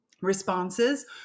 responses